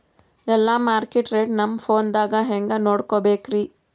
ಎಲ್ಲಾ market rate ನಮ್ ಫೋನದಾಗ ಹೆಂಗ ನೋಡಕೋಬೇಕ್ರಿ?